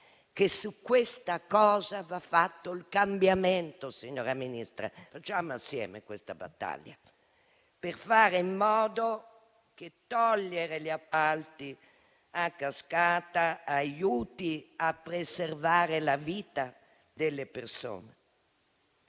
che su tale materia va operato un cambiamento. Signora Ministra, facciamo insieme questa battaglia, per fare in modo che eliminare gli appalti a cascata aiuti a preservare la vita delle persone.